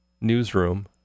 Newsroom